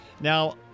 Now